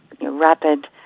rapid